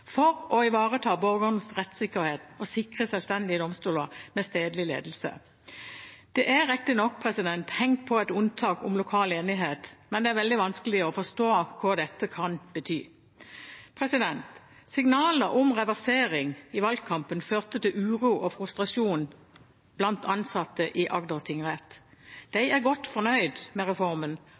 for å vareta borgaranes rettstryggleik og sikre sjølvstendige domstolar med stadleg leiing». Det er riktignok hengt på et unntak om lokal enighet, men det er veldig vanskelig å forstå hva dette kan bety. Signaler om reversering i valgkampen førte til uro og frustrasjon blant ansatte i Agder tingrett. De er godt fornøyd med reformen